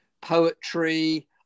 Poetry